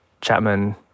Chapman